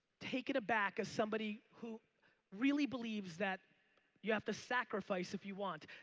taken aback as somebody who really believes that you have to sacrifice if you want.